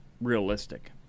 realistic